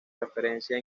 referencia